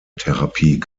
therapie